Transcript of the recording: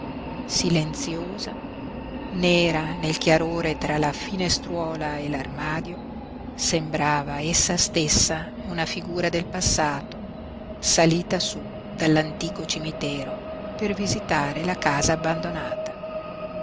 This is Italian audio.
silenziosa nera nel chiarore tra la finestruola e l'armadio sembrava essa stessa una figura del passato salita su dall'antico cimitero per visitare la casa abbandonata